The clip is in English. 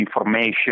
information